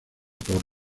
por